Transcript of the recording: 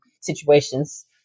situations